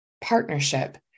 partnership